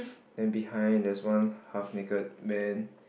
then behind there's one half naked man